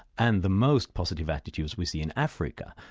and the most positive attitudes we see in africa,